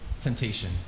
temptation